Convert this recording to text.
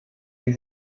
die